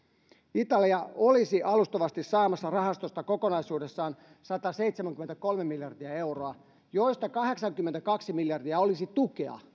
italia olisi alustavasti saamassa rahastosta kokonaisuudessaan sataseitsemänkymmentäkolme miljardia euroa joista kahdeksankymmentäkaksi miljardia olisi tukea